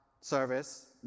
service